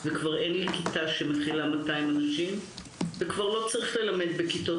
וכבר אין לי כיתה שמכילה 200 אנשים וכבר לא צריך ללמד בכיתות.